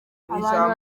abantu